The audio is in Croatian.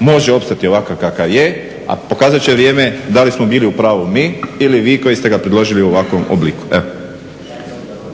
može opstati ovakav kakav je, a pokazat će vrijeme da li smo bili u pravu mi ili vi koji ste ga predložili u ovakvom obliku. **Stazić, Nenad